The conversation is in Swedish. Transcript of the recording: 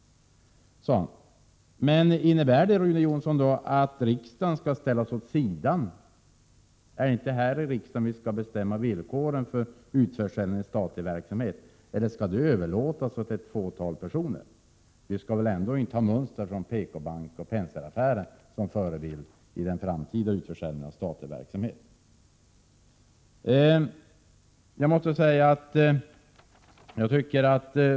Innebär det då, Rune Jonsson, att riksdagen skall ställas åt sidan? Är detinte häri riksdagen vi skall bestämma villkoren för utförsäljning av statlig verksamhet? Skall det överlåtas åt ett fåtal personer? Vi skall väl ändå inte ha PKbanksoch Penseraffären som förebilder för den framtida utförsäljningen av statlig verksamhet?